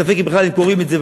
ספק אם בכלל הם קוראים את זה,